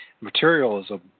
materialism